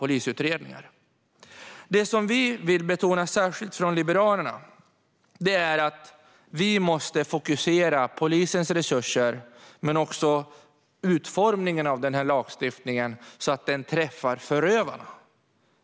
Det straffrättsliga skyddet mot människo-handel och människo-exploatering Det som vi från Liberalerna särskilt vill betona är att man måste fokusera polisens resurser, men också utformningen av denna lagstiftning, så att den träffar förövarna.